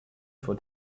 for